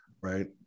right